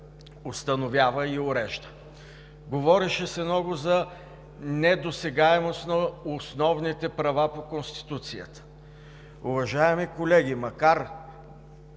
установява и урежда. Говореше се много за недосегаемост на основните права по Конституцията. Уважаеми колеги, макар